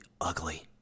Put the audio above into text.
ugly